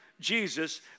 Jesus